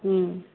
हूँ